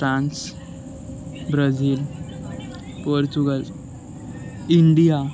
France Brazil Portugal India